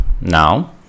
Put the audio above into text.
now